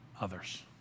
others